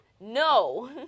No